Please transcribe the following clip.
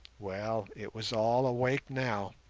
well, it was all awake now,